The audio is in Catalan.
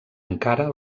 encara